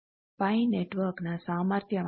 pi π ನೆಟ್ವರ್ಕ್ನ ಸಾಮರ್ಥ್ಯವಾಗಿದೆ